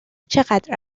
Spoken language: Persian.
چقدر